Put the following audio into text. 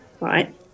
Right